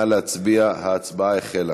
נא להצביע, ההצבעה החלה.